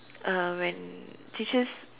uh when teachers